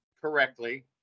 correctly